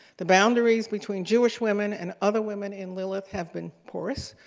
the boundaries between jewish women and other women in lilith have been porous,